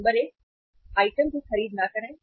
number 1 item की खरीद न करें